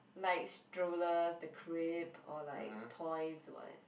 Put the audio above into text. like strollers the crib or like toys [what]